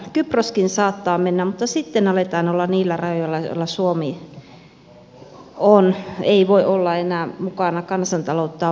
kyproskin saattaa mennä mutta sitten aletaan olla niillä rajoilla joilla suomi ei voi olla enää mukana kansantalouttaan vaarantamassa